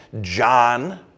John